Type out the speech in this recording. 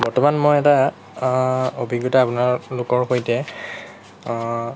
বৰ্তমান মই এটা অভিজ্ঞতা আপোনালোকৰ সৈতে